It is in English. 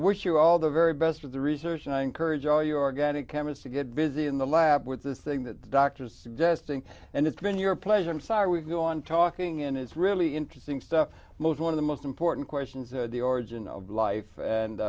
wish you all the very best of the research and i encourage all your organic chemist to get busy in the lab with this thing that doctors suggesting and it's been your pleasure i'm sorry we go on talking and it's really interesting stuff most one of the most important questions is the origin of life and